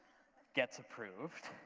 gets approved,